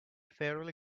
fairly